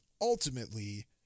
ultimately